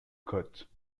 côte